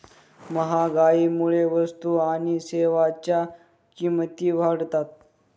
महागाईमुळे वस्तू आणि सेवांच्या किमती वाढतात